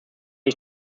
ich